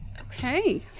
Okay